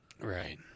Right